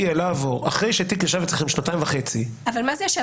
אחרי שתיק ישב אצלכם שנתיים וחצי --- מה זה "ישב"?